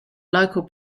local